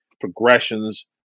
progressions